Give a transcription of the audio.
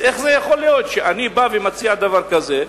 אז איך זה יכול להיות שאני בא ומציע דבר כזה,